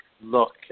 look